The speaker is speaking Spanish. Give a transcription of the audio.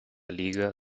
liga